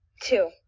Two